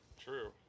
True